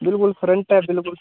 बिल्कुल फ्रंट ऐ बिल्कुल